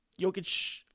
Jokic